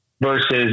versus